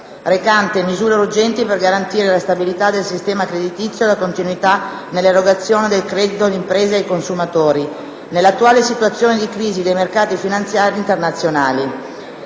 recante misure urgenti per garantire la stabilità del sistema creditizio e la continuità nell'erogazione del credito alle imprese e ai consumatori, nell'attuale situazione di crisi dei mercati finanziari internazionali;